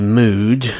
mood